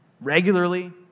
regularly